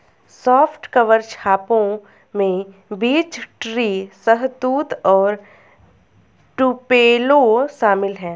soft cover छापों में beech tree, शहतूत और टुपेलो शामिल है